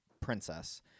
Princess